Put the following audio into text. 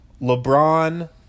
LeBron